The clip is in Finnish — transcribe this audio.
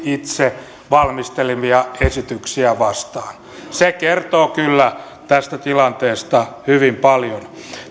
itse valmistelemiaan esityksiä vastaan se kertoo kyllä tästä tilanteesta hyvin paljon